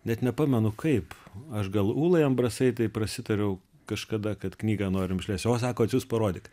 net nepamenu kaip aš gal ūlai ambrasaitei prasitariau kažkada kad knygą norim išleist jo sako atsiųsk parodyk